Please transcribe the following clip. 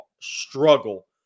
struggle